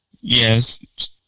Yes